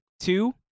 two